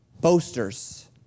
boasters